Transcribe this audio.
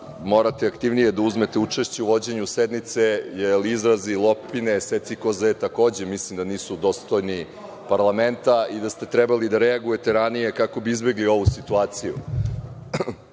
morate aktivnije da uzmete učešće u vođenju sednice, jer izrazi – lopine, secikoze, takođe mislim da nisu dostojni parlamenta i da ste trebali da reagujete ranije kako bi izbegli ovu situaciju. Rasprava